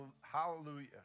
hallelujah